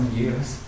years